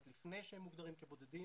כאלה שהם לפני שהם מוגדרים כחיילים בודדים.